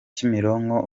kimironko